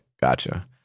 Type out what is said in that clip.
Gotcha